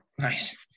Nice